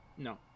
No